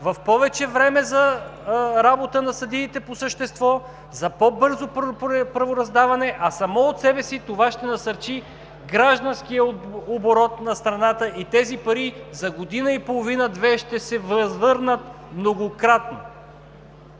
в повече време за работа на съдиите по същество, за по-бързо правораздаване, а само по себе си това ще насърчи гражданския оборот на страната и тези пари за година и половина-две ще се възвърнат многократно.